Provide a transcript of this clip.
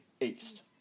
East